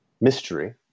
mystery